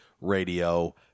Radio